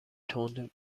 تند